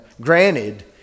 granted